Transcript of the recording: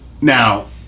now